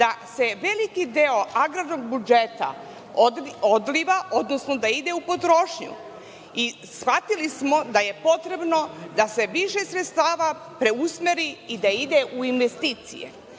da se veliki deo agrarnog budžeta odliva, odnosno da ide u potrošnju. Shvatili smo da je potrebno da se više sredstava preusmeri i da ide u investicije.